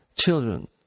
children